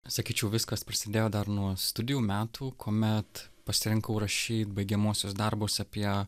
sakyčiau viskas prasidėjo dar nuo studijų metų kuomet pasirinkau rašyt baigiamuosius darbus apie